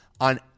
on